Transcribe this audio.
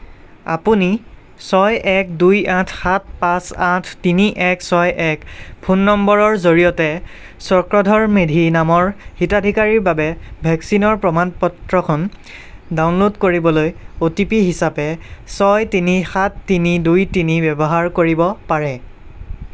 আপুনি ছয় এক দুই আঠ সাত পাঁচ আঠ তিনি এক ছয় এক ফোন নম্বৰৰ জৰিয়তে চক্ৰধৰ মেধি নামৰ হিতাধিকাৰীৰ বাবে ভেকচিনৰ প্ৰমাণ পত্ৰখন ডাউনলোড কৰিবলৈ অ'টিপি হিচাপে ছয় তিনি সাত তিনি দুই তিনি ব্যৱহাৰ কৰিব পাৰে